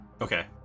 Okay